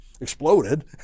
exploded